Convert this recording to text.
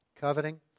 coveting